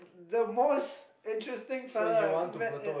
the most interesting fella I've met at